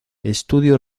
estudio